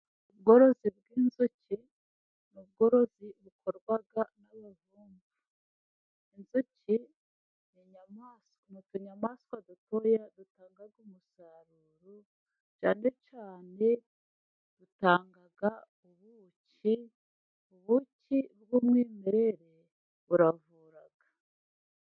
Ubworozi bw'inzuki ni ubworozi bukorwa n'abavumvu, inzuki ni inyamaswa, ni utunyamaswa dutoya dutanga umusaruro, cyane cyane dutanga ubuki, ubuki bw'umwimerere buravura.